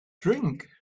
drink